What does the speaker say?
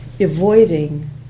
avoiding